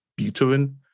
Buterin